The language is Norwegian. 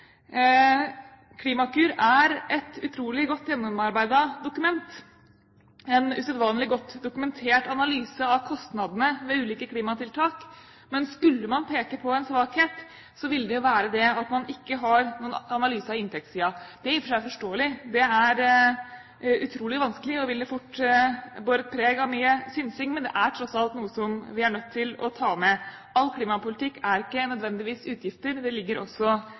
Klimakur er et utrolig godt gjennomarbeidet dokument, en usedvanlig godt dokumentert analyse av kostnadene ved ulike klimatiltak. Men skulle man peke på én svakhet, ville jo det være at man ikke har noen analyse av inntektssiden. Det er i og for seg forståelig. Det er utrolig vanskelig og ville fort ha båret preg av mye synsing, men det er tross alt noe som vi er nødt til å ta med. All klimapolitikk er ikke nødvendigvis utgifter. Det ligger også